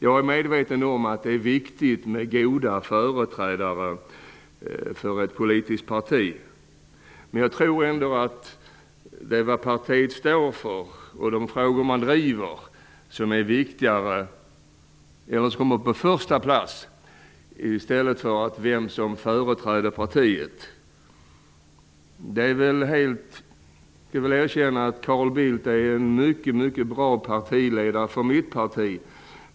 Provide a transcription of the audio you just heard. Jag är medveten om att det är viktigt med goda företrädare för ett politiskt parti. Men jag tror ändå att det är det partiet står för, de frågor man driver, som kommer på första plats, i stället för den person som företräder partiet. Jag skall erkänna att Carl Bildt är en mycket bra partiledare för mitt parti.